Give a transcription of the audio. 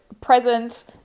present